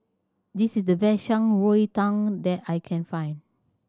this is the best Shan Rui Tang that I can find